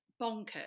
bonkers